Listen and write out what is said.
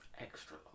Extra